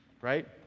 Right